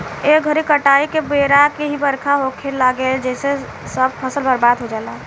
ए घरी काटाई के बेरा ही बरखा होखे लागेला जेसे सब फसल बर्बाद हो जाला